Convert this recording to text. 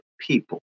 people